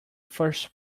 first